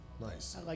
Nice